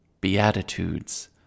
Beatitudes